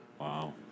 Wow